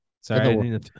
Sorry